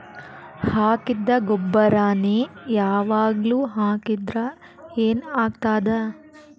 ಹಾಕಿದ್ದ ಗೊಬ್ಬರಾನೆ ಯಾವಾಗ್ಲೂ ಹಾಕಿದ್ರ ಏನ್ ಆಗ್ತದ?